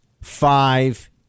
five